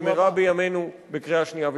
החוק הזה במהרה בימינו לקריאה שנייה ושלישית.